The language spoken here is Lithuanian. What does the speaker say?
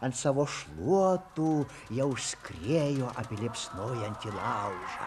ant savo šluotų jau skriejo apie liepsnojantį laužą